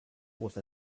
with